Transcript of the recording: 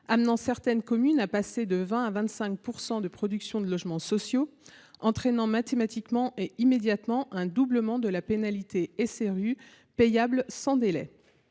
amenant certaines communes à passer de 20 % à 25 % de production d’un tel bâti et entraînant mathématiquement et immédiatement un doublement de la pénalité SRU payable sans délai.